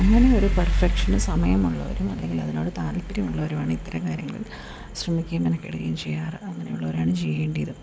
അങ്ങനെ ഒരു പെർഫെക്ഷന് സമയമുള്ളവരും അല്ലെങ്കിലതിനോട് താൽപ്പര്യം ഉള്ളവരുമാണിത്തരം കാര്യങ്ങളിൽ ശ്രമിക്കുകയും മെനക്കെടുകയും ചെയ്യാറ് അങ്ങനെയുള്ളവരാണ് ചെയ്യേണ്ടത്